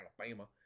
Alabama